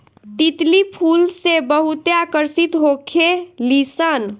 तितली फूल से बहुते आकर्षित होखे लिसन